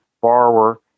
Borrower